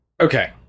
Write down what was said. okay